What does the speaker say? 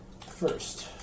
First